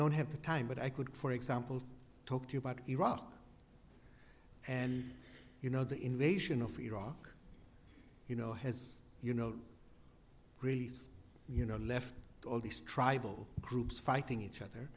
don't have the time when i could for example talk to you about iraq and you know the invasion of iraq you know has you know greece you know left all these tribal groups fighting each other